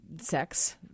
sex